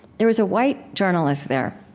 there was a white journalist there,